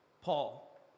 Paul